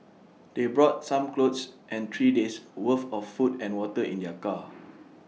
they brought some clothes and three days' worth of food and water in their car